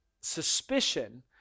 suspicion